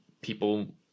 people